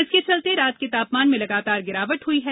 इसके चलते रात के तापमान में लगातार गिरावट हुयी है